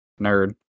nerd